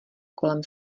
kolem